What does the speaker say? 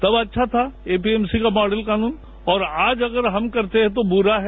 तब अच्छाद था एमपीएमसी का मॉडल कानून और आज अगर हम करते हैं तो बुरा है